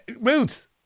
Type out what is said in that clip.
Ruth